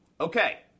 Okay